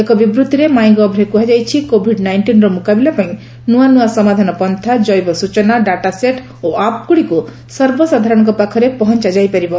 ଏକ ବିବୃତ୍ତିରେ ମାଇଁ ଗଭ୍ରେ କୁହାଯାଇଛି କୋଭିଡ ନାଇଷ୍ଟିନ୍ର ମୁକାବିଲା ପାଇଁ ନ୍ତଆ ନ୍ତଆ ସମାଧାନ ପନ୍ଥା ଜୈବ ସୂଚନା ଡାଟା ସେଟ୍ ଓ ଆପ୍ଗୁଡ଼ିକୁ ସର୍ବସାଧାରଣଙ୍କ ପାଖରେ ପହଞ୍ଚା ଯାଇପାରିବ